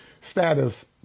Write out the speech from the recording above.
status